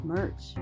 Merch